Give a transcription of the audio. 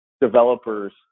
developers